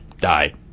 died